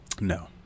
No